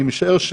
אני משער,